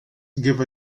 give